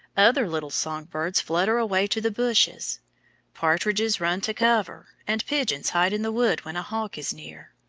other little song-birds flutter away to the bushes partridges run to cover, and pigeons hide in the wood when a hawk is near.